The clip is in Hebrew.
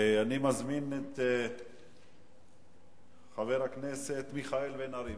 אני מזמין את חבר הכנסת מיכאל בן-ארי.